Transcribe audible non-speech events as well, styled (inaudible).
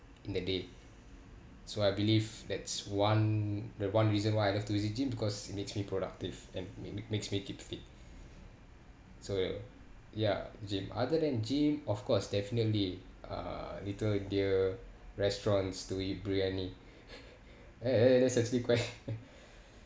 in the day so I believe that's one the one reason why I love to visit gym because it makes me productive and make me it makes me keep fit so ya gym other than gym of course definitely uh little india restaurants to eat briyani (laughs) eh eh (laughs) that's actually quite